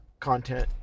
content